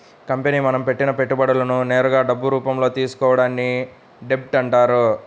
company మనం పెట్టిన పెట్టుబడులను నేరుగా డబ్బు రూపంలో తీసుకోవడాన్ని డెబ్ట్ అంటారు